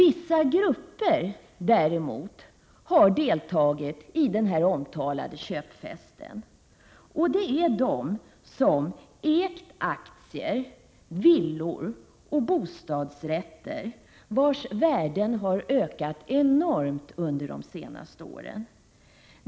Vissa grupper har deltagit i den omtalade köpfesten, nämligen de som ägt aktier, villor och bostadsrätter, vilkas värden har ökat enormt under de senaste åren.